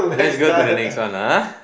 let's go to the next one (uh huh)